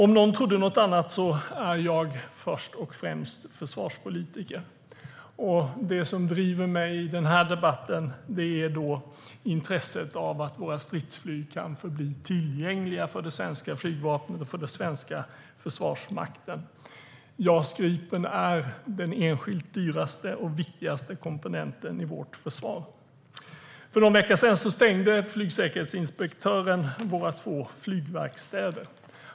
Jag är först och främst försvarspolitiker, om nu någon trodde något annat. Det som driver mig i den här debatten är intresset av att våra stridsflyg ska kunna förbli tillgängliga för det svenska flygvapnet och den svenska försvarsmakten. JAS Gripen är den enskilt dyraste och viktigaste komponenten i vårt försvar. För någon vecka sedan stängde flygsäkerhetsinspektören våra två flygverkstäder.